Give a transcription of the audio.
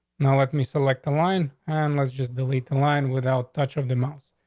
now let me select the line and let's just delete the line without touch of the month.